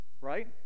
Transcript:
Right